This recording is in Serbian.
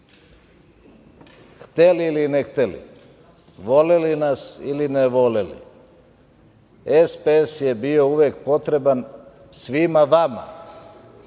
hteli ili ne hteli, voleli nas ili ne voleli SPS je bio uvek potreban svima vama,